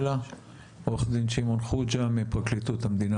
שלה עו"ד שמעון חוג'ה מפרקליטות המדינה